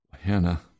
Hannah